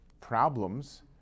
problems